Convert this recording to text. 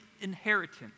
inheritance